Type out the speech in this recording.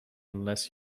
unless